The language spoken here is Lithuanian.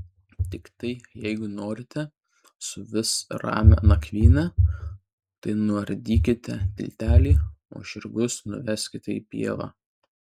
tiktai jeigu norite suvis ramią nakvynę tai nuardykite tiltelį o žirgus nuveskite į pievą